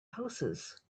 houses